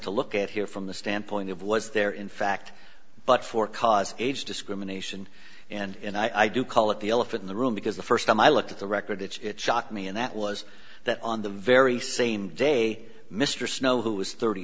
to look at here from the standpoint of was there in fact but for cause age discrimination and i do call it the elephant in the room because the first time i looked at the record it's shocked me and that was that on the very same day mr snow who is thirty